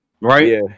right